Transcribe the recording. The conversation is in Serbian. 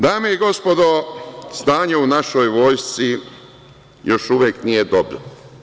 Dame i gospodo, stanje u našoj vojsci još uvek nije dobro.